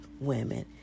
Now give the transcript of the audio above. women